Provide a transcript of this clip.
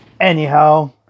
anyhow